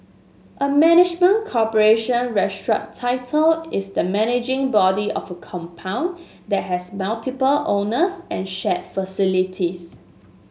a management corporation strata title is the managing body of a compound that has multiple owners and shared facilities